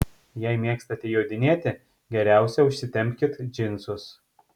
jei mėgstate jodinėti geriausia užsitempkit džinsus